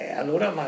allora